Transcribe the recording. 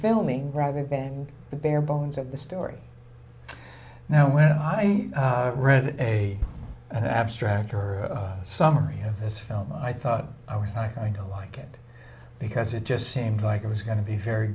filming rather than the bare bones of the story now when i read a an abstract or summary of this film i thought i was not going to like it because it just seemed like it was going to be very